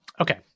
Okay